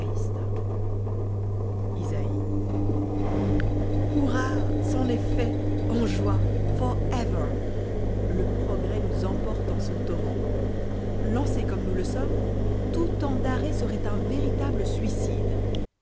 est fait en joie for ever le progrès nous emporte en son torrent lancés comme nous le sommes tout temps d'arrêt serait un véritable suicide